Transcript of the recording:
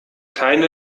keine